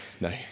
No